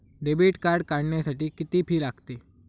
Debit card काढण्यासाठी किती fee लागते?